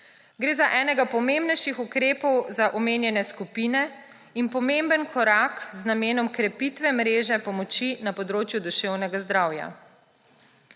Gre za enega pomembnejših ukrepov za omenjene skupine in pomemben korak z namenom krepitve mreže pomoči na področju duševnega zdravja.